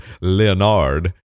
Leonard